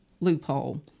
loophole